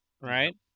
right